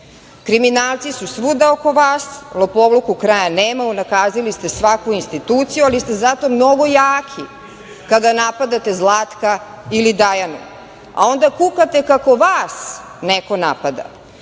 Kriminalci su svuda oko vas, lopovluku kraja nema, unakazili ste svaku instituciju, ali ste zato mnogo jaki kada napadate Zlatka ili Dajanu. A onda kukate kako vas neko napada. Mislite